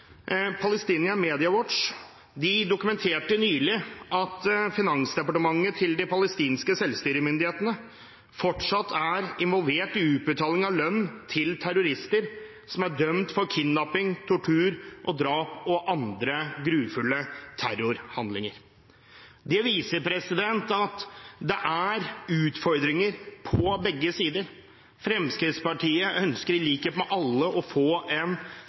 dokumenterte nylig at finansdepartementet til de palestinske selvstyremyndighetene fortsatt er involvert i utbetaling av lønn til terrorister som er dømt for kidnapping, tortur, drap og andre grufulle terrorhandlinger. Det viser at det er utfordringer på begge sider. Fremskrittspartiet ønsker i likhet med alle å få en